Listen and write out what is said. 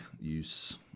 use